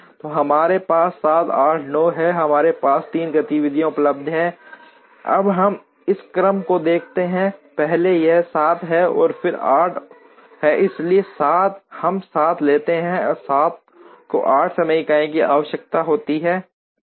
तो हमारे पास 7 8 और 9 हैं हमारे पास 3 गतिविधियां उपलब्ध हैं अब हम इस क्रम को देखते हैं पहले यह 7 है और फिर यह 8 है इसलिए हम 7 लेते हैं 7 को 8 समय इकाइयों की आवश्यकता होती है 7